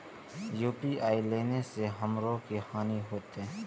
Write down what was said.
UPI ने लेने से हमरो की हानि होते?